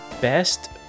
best